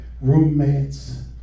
Roommates